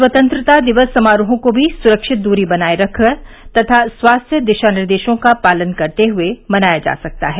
स्वतंत्रता दिवस समारोहों को भी सुरक्षित दूरी बनाए रखकर तथा स्वास्थ्य दिशा निर्देशों का पालन करते हुए मनाया जा सकता है